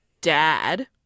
dad